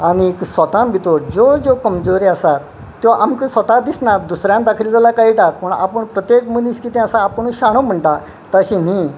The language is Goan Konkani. आनीक स्वता भितूर ज्यो ज्यो कमजोरी आसात त्यो आमकां स्वता दिसनात दुसऱ्यान दाखयले जाल्यार कळटा पूण आपूण प्रत्येक मनीस कितें आसा आपूण शाणो म्हणटा तशें न्ही